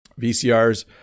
VCRs